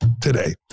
today